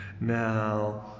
Now